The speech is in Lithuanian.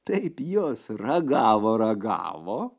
taip jos ragavo ragavo